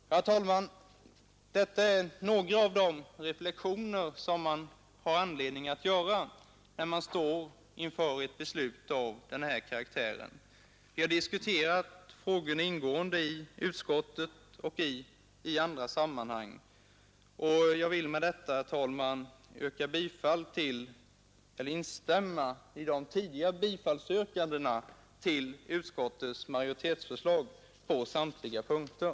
Herr talman! Detta är några av de reflexioner som man har anledning att göra när man står inför ett beslut av denna karaktär. Vi har diskuterat frågorna ingående i utskottet och i andra sammanhang. Jag vill med detta, herr talman, instämma i tidigare framställda yrkanden om bifall till utskottets majoritetsförslag på samtliga punkter.